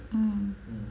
mmhmm